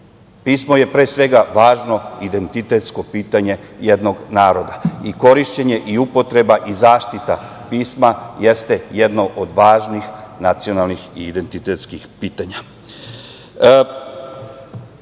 Pismo je pre svega važno identitetsko pitanje jednog naroda i korišćenje i upotreba i zaštita pisma jeste jedno od važnih nacionalnih i identitetskih pitanja. Zato